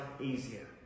easier